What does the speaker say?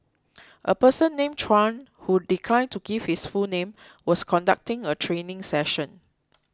a person named Chuan who declined to give his full name was conducting a training session